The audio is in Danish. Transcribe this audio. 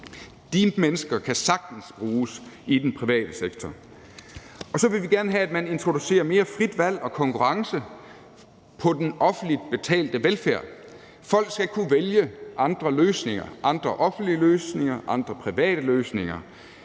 De mennesker kan sagtens bruges i den private sektor. Så vil vi gerne have, at man introducerer mere frit valg og konkurrence på den offentligt betalte velfærd. Folk skal kunne vælge andre løsninger – andre offentlige løsninger, andre private løsninger.